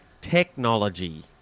technology